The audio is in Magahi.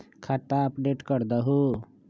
खाता अपडेट करदहु?